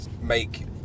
make